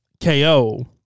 KO